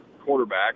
quarterback